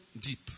deep